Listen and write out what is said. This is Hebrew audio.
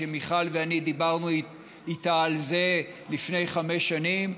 שמיכל ואני דיברנו איתה עליו לפני חמש שנים.